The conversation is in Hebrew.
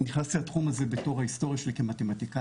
נכנסתי לתחום הזה בזכות ההיסטוריה שלי כמתמטיקאי,